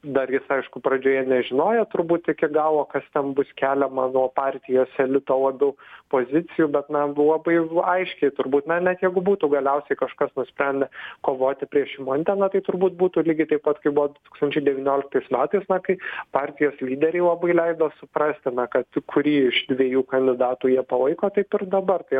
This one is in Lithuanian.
dar jis aišku pradžioje nežinojo turbūt iki galo kas ten bus keliama nuo partijos elito labiau pozicijų bet na buvo labai jau aiškiai turbūt na net jeigu būtų galiausiai kažkas nusprendę kovoti prieš šimonytę na tai turbūt būtų lygiai taip pat kaip buvo du tūkstančiai devynioliktais metais na kai partijos lyderiai labai leido suprasti na kad kurį iš dviejų kandidatų jie palaiko taip ir dabar kai